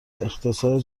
اقتصاد